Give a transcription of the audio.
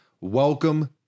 welcome